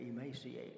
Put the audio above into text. emaciate